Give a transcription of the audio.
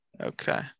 okay